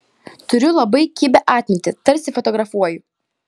turiu labai kibią atmintį tarsi fotografuoju